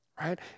right